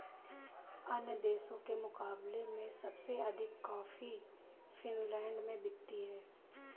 अन्य देशों के मुकाबले में सबसे अधिक कॉफी फिनलैंड में बिकती है